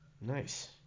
Nice